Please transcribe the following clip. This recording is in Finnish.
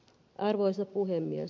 arvoisa puhemies